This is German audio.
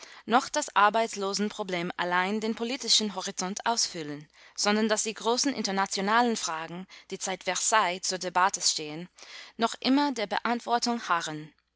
noch das arbeitslosenproblem allein den politischen horizont ausfüllen sondern daß die großen internationalen fragen die seit versailles zur debatte stehen noch immer der beantwortung harren